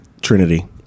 Trinity